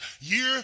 year